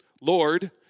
Lord